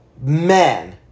men